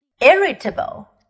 irritable